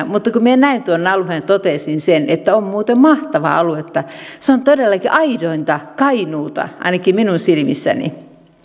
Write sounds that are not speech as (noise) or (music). (unintelligible) mutta kun minä näin tuon alueen totesin että on muuten mahtavaa aluetta se on todellakin aidointa kainuuta ainakin minun silmissäni